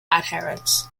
adherents